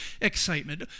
excitement